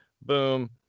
boom